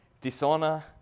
dishonor